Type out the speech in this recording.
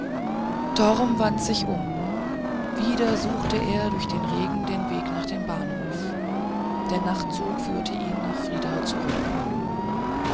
wandte sich um wieder suchte er durch den regen den weg nach dem bahnhof der nachtzug führte ihn nach friedau zurück